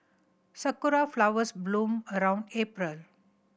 sakura flowers bloom around April